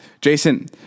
Jason